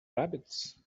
rabbits